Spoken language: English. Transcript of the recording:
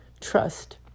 Trust